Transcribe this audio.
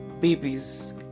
babies